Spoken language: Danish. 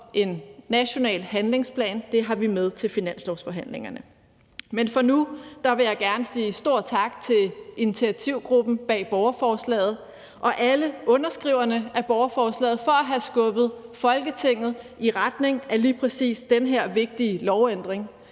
en national handlingsplan har vi med til finanslovsforhandlingerne. Men for nu vil jeg gerne sige stor tak til initiativgruppen bag borgerforslaget og alle underskriverne af borgerforslaget for at have skubbet Folketinget i retning af lige præcis den her vigtige lovændring.